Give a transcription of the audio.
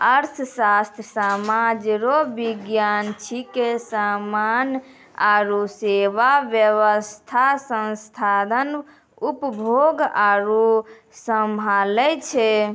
अर्थशास्त्र सामाज रो विज्ञान छिकै समान आरु सेवा वेवस्था संसाधन उपभोग आरु सम्हालै छै